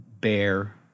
bear